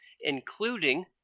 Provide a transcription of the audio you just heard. including